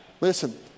Listen